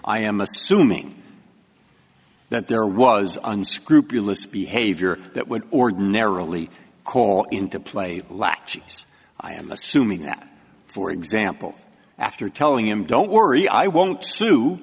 i am assuming that there was unscrupulous behavior that would ordinarily call into play lackeys i am assuming that for example after telling him don't worry i won't